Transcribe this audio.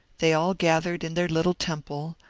they all gathered in their little temple,